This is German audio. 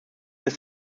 ist